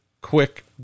Quick